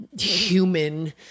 human